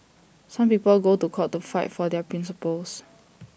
some people go to court to fight for their principles